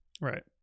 Right